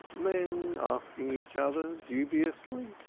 men asking each other dubiously,